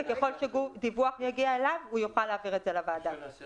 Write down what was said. וככל שדיווח יגיע אליו הוא יוכל להעביר את זה לסוכנות.